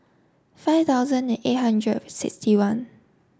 five thousand and eight hundred sixty one